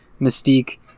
Mystique